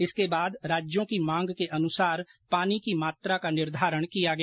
इसके बाद राज्यों की मांग के अनुसार पानी की मात्रा का निर्धारण किया गया